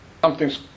something's